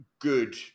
Good